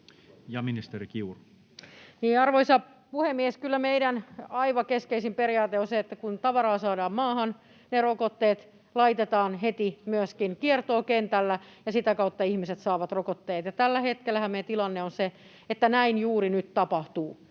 Arvoisa puhemies! Kyllä meidän aivan keskeisin periaate on se, että kun tavaraa saadaan maahan, ne rokotteet laitetaan heti myöskin kiertoon kentällä ja sitä kautta ihmiset saavat rokotteet. Tällä hetkellähän meidän tilanne on se, että näin juuri nyt tapahtuu.